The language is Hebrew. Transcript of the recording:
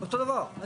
אותו דבר.